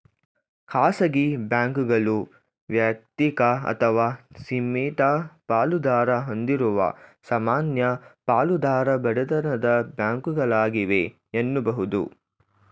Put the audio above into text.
ಖಾಸಗಿ ಬ್ಯಾಂಕ್ಗಳು ವೈಯಕ್ತಿಕ ಅಥವಾ ಸೀಮಿತ ಪಾಲುದಾರ ಹೊಂದಿರುವ ಸಾಮಾನ್ಯ ಪಾಲುದಾರ ಒಡೆತನದ ಬ್ಯಾಂಕ್ಗಳಾಗಿವೆ ಎನ್ನುಬಹುದು